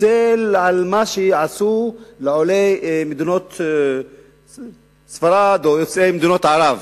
והתנצל על מה שעשו לעולי מדינות ספרד או יוצאי מדינות ערב.